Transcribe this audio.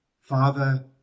Father